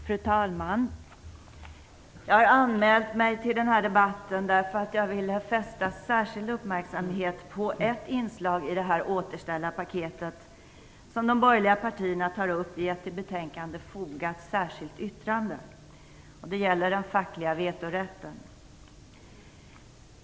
Fru talman! Jag har anmält mig till denna debatt därför att jag ville fästa särskild uppmärksamhet på ett inslag i det återställarpaket som de borgerliga partierna tar upp i ett till betänkandet fogat särskilt yttrande. Det gäller den fackliga vetorätten.